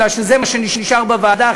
מפני שזה מה שנשאר בוועדה,